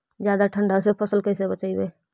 जादे ठंडा से फसल कैसे बचइबै?